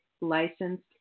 licensed